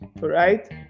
right